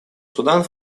судан